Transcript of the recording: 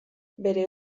bere